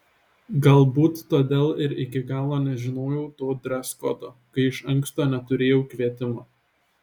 galbūt todėl ir iki galo nežinojau to dreskodo kai iš anksto neturėjau kvietimo